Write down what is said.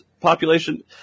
population